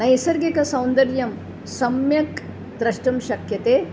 नैसर्गिकं सौन्दर्यं सम्यक् द्रष्टुं शक्यते